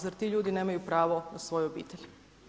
Zar ti ljudi nemaju pravo na svoju obitelj?